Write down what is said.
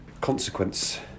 consequence